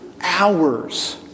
hours